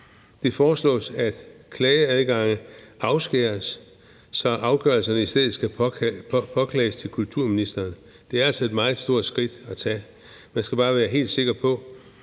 Det foreslås, at klageadgange afskæres, så afgørelserne i stedet skal påklages til kulturministeren. Det er altså et meget stort skridt at tage. Man skal bare være helt klar på,